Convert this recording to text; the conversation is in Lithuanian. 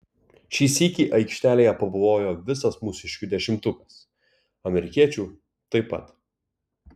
šį sykį aikštelėje pabuvojo visas mūsiškių dešimtukas amerikiečių taip pat